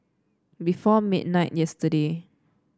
before midnight yesterday